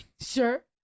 sure